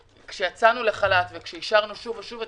כשיצאנו לחל"ת ואישרנו אותו שוב ושוב,